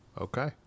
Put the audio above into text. Okay